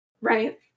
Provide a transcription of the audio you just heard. Right